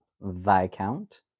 Viscount